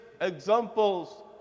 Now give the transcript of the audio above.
examples